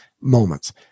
moments